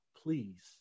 please